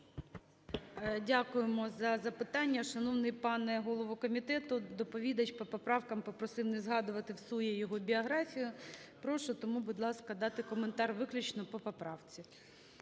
Дякуємо за запитання. Шановний пане голово комітету, доповідач по поправкам попросив не згадувати всує його біографію. Прошу тому, будь ласка, дати коментар виключно по поправці.